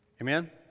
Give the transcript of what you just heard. amen